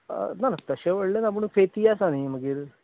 ना ना तशें व्हडलें ना पूण फेती आतां आसा न्ही मागीर